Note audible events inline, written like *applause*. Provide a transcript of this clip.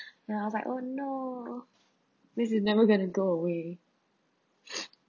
*breath* then I was like oh no this is never going to go away *breath*